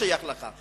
גם זה שייך לך.